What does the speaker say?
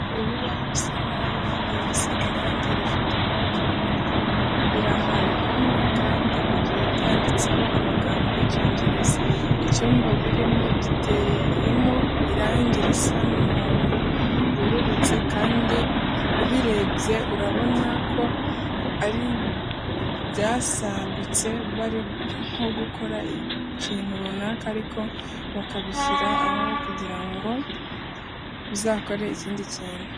Ibibaho bisa nabi bagiye basiga irangi rifite ibara ry'umutuku biri ahantu hamwe kandi bigiye byanditseho amagambo y'Icyongereza. Icyumba birimo giteyemo irangi risa nk'umuhondo werurutse kandi ubirebye urabona ko ari ibyasagutse bari nko gukora ikintu runaka ariko bakabishyira aho kugira ngo bizakore ikindi kintu.